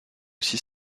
aussi